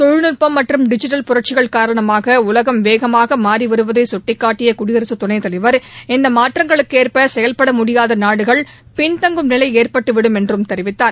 தொழில்நுட்பம் மற்றும் டிஜிட்டல் புரட்சிகள் காரணமாக உலகம் வேகமாக மறி வருவதை கட்டிகாட்டிய குடியரசுத் துணைத்தலைவர் இந்த மாற்றங்களுக்கேற்ப செயல்பட முடியாதா நாடுகள் பின்தங்கும் நிலை ஏற்பட்டு விடும் என்றும் தெரிவித்தார்